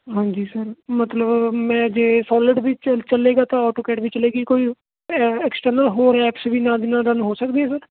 ਹਾਂਜੀ ਸਰ ਮਤਲਬ ਮੈਂ ਜੇ ਸੋਲਿਡ ਵੀ ਚ ਚੱਲੇਗਾ ਤਾਂ ਓਟੋਕੈਟ ਵੀ ਚੱਲੇਗੀ ਕੋਈ ਅ ਐਕਸਟਰਨਲ ਹੋਰ ਵੀ ਐੱਪਸ ਵੀ ਨਾਲ਼ ਦੀ ਨਾਲ਼ ਰਨ ਹੋ ਸਕਦੇ ਹੈ ਸਰ